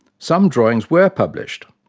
some drawings were published,